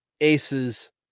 ace's